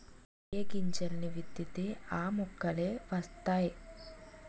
ఏ గింజల్ని విత్తితే ఆ మొక్కలే వతైయి